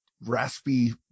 raspy